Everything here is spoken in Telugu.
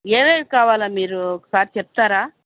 ఏమేమి కావాలో మీరు ఒకసారి చెప్తారా